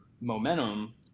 momentum